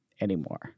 anymore